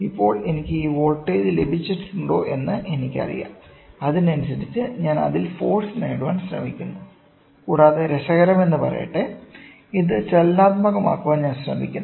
ഇപ്പോൾ എനിക്ക് ഈ വോൾട്ടേജ് ലഭിച്ചിട്ടുണ്ടോ എന്ന് എനിക്കറിയാം അതിനനുസരിച്ച് ഞാൻ അതിൽ ഫോഴ്സ് നേടാൻ ശ്രമിക്കുന്നു കൂടാതെ രസകരമെന്നു പറയട്ടെ ഇത് ചലനാത്മകമാക്കാൻ ഞാൻ ശ്രമിക്കുന്നു